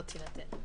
לא תינתן.